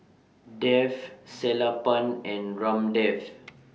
Dev Sellapan and Ramdev